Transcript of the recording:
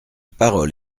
parole